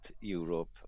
Europe